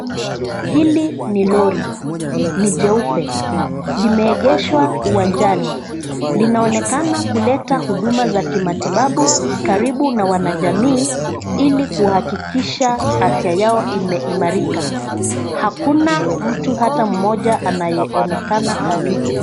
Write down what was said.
Hili ni lori. Ni jeupe. Limeegeshwa uwanjani. Linaonekana kuleta huduma za kimatibabu karibu na wanajamii ili kuhakikisha afya yao imeimarika. Hakuna mtu hata mmoja anayeonekana karibu.